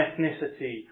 ethnicity